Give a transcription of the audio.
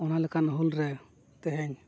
ᱚᱱᱟ ᱞᱮᱠᱟᱱ ᱦᱩᱞ ᱨᱮ ᱛᱮᱦᱮᱧ